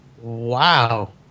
Wow